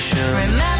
Remember